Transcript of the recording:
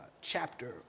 chapter